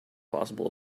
possible